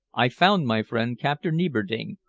i found my friend captain nieberding,